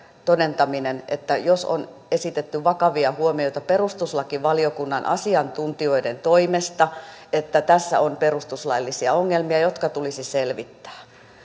todentaminen että jos on esitetty vakavia huomioita perustuslakivaliokunnan asiantuntijoiden toimesta että tässä on perustuslaillisia ongelmia jotka tulisi selvittää